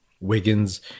Wiggins